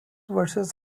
versus